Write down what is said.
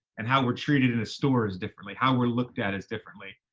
and how we're treated in a store is differently, how we're looked at is differently.